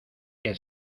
que